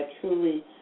truly